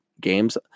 games